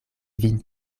vin